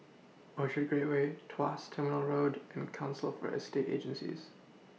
Orchard Gateway Tuas Terminal Road and Council For Estate Agencies